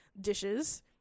Dishes